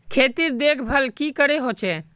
खेतीर देखभल की करे होचे?